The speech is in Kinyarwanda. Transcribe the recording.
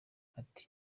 ati